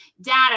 data